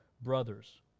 brothers